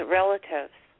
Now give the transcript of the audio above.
relatives